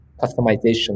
customization